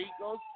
Eagles